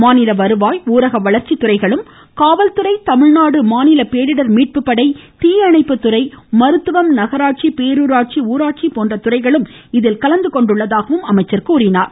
மாநில வருவாய் ஊரக வளர்ச்சி துறைகளும் காவல்துறை தமிழ்நாடு மாநில பேரிடர் மீட்பு படை தீயணைப்பு துறை மருத்துவம் நகராட்சி பேரூராட்சி ஊராட்சி போன்ற துறைகளும் இதில் கலந்துகொண்டுள்ளதாகவும் அவர் கூறினார்